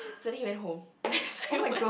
so then he went home